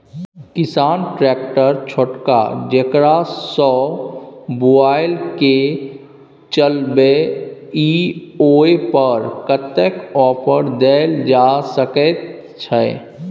किसान ट्रैक्टर छोटका जेकरा सौ बुईल के चलबे इ ओय पर कतेक ऑफर दैल जा सकेत छै?